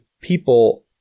people